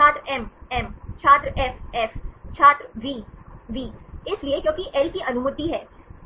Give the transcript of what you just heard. छात्र M M छात्रएफ F छात्र वी वी इसलिए क्योंकि एल की अनुमति है